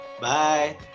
Bye